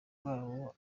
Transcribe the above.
rwabo